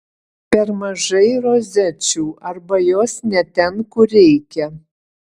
per mažai rozečių arba jos ne ten kur reikia